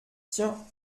tiens